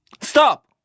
Stop